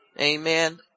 Amen